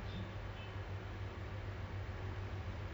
nobody exactly lives in jurong west